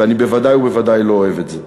ואני בוודאי ובוודאי לא אוהב את זה.